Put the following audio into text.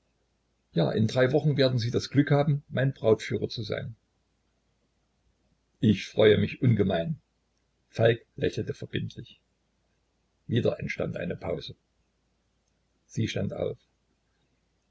ja in drei wochen werden sie das glück haben mein brautführer zu sein ich freue mich ungemein falk lächelte verbindlich wieder entstand eine pause sie stand auf